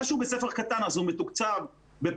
שהוא בית ספר קטן אז הוא מתוקצב בפחות.